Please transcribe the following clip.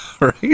right